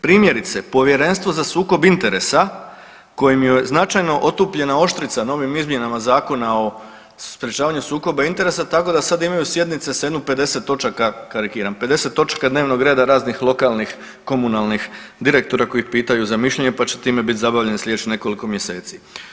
Primjerice Povjerenstvo za sukob interesa kojem je značajno otupljena oštrica novim izmjenama Zakona o sprječavanju sukoba interesa, tako da sad imaju sjednice sa jedno 50 točaka, karikiram 50 točaka dnevnog reda raznih lokalnih, komunalnih direktora koji ih pitaju za mišljenje pa će time biti zabavljeni sljedećih nekoliko mjeseci.